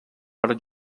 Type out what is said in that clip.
per